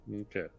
Okay